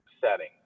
setting